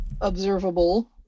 observable